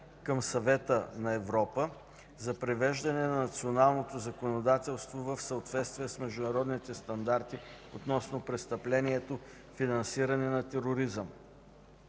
към Съвета на Европа за привеждане на националното законодателство в съответствие с международните стандарти относно престъплението „финансиране на тероризъм”.